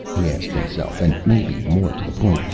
he asked himself, and maybe more to the point,